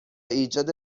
ایجاد